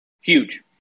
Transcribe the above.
Huge